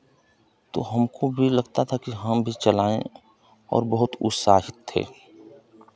तो हमको भी लगता था कि हम भी चलाएँ और बहुत उत्साहित थे